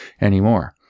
anymore